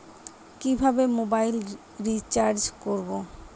কিভাবে mobile recharge করব?